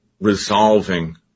resolving